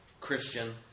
Christian